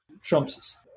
Trump's